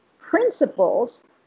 principles